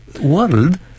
world